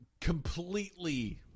completely